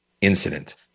incident